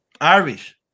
Irish